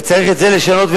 וצריך את זה לשנות,